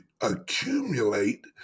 accumulate